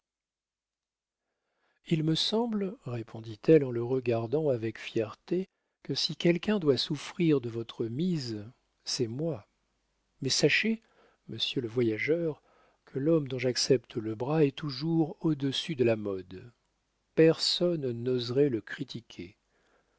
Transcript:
il me semble répondit-elle en le regardant avec fierté que si quelqu'un doit souffrir de votre mise c'est moi mais sachez monsieur le voyageur que l'homme dont j'accepte le bras est toujours au-dessus de la mode personne n'oserait le critiquer